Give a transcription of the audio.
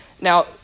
Now